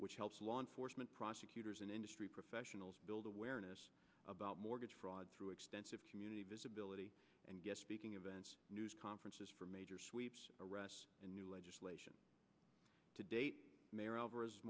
which helps law enforcement prosecutors and industry professionals build awareness about mortgage fraud through extensive community visibility and guess speaking events news conferences for major arrests in new legislation to date mayor